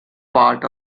part